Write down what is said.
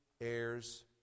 heirs